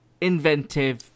inventive